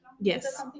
Yes